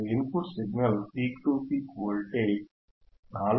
మీరు input signal peak to peak voltage 4